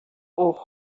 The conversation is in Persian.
اوه